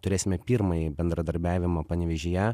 turėsime pirmąjį bendradarbiavimą panevėžyje